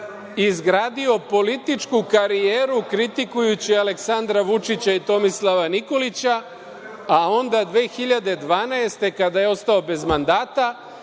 izgradio političku karijeru kritikujući Aleksandra Vučića i Tomislava Nikolića, a onda 2012. godine, kada je ostao bez mandata,